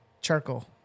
charcoal